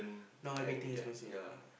now everything expensive lah